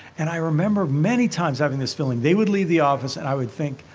and i remember many times having this feeling. they would leave the office and i would think,